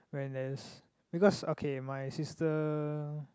when there's because okay my sister